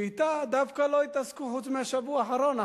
שאתה דווקא לא התעסקו חוץ מבשבוע האחרון,